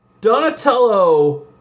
Donatello